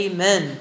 Amen